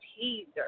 Teaser